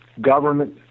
government